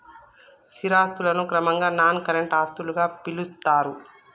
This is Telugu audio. స్థిర ఆస్తులను క్రమంగా నాన్ కరెంట్ ఆస్తులుగా పిలుత్తరు